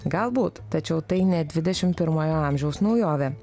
galbūt tačiau tai ne dvidešimt pirmojo amžiaus naujovė